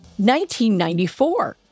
1994